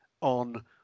on